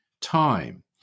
time